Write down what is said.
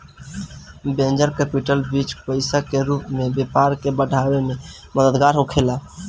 venture capital बीज पईसा के रूप में व्यापार के बढ़ावे में मददगार होखेला